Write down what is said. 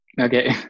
Okay